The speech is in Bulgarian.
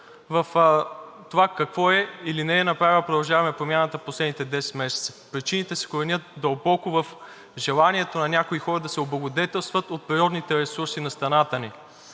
в това какво е или не е направила „Продължаваме Промяната“ в последните 10 месеца. Причините се коренят дълбоко в желанието на някои хора да се облагодетелстват от природните ресурси на страната ни.